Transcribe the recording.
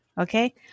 okay